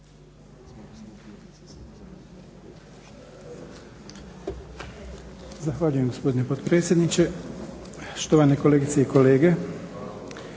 Zahvaljujem gospodine potpredsjedniče, štovane kolegice i kolege.